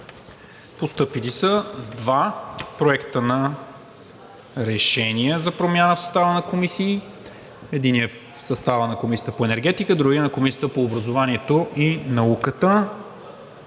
Постъпили са два проекта на решения за промяна в състава на комисии – единият е в състава на Комисията по енергетика, другият – на Комисията по образованието и науката.